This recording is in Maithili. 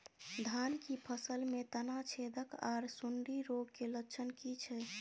धान की फसल में तना छेदक आर सुंडी रोग के लक्षण की छै?